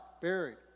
buried